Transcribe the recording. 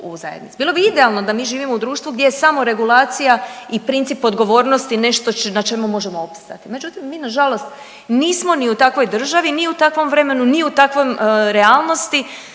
u zajednici. Bilo bi idealno da mi živimo u društvu gdje je samoregulacija i princip odgovornosti nešto na čemu možemo opstati, međutim mi nažalost nismo ni u takvoj državi, ni u takvom vremenu, ni u takvoj realnosti